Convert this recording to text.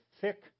thick